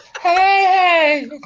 Hey